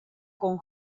con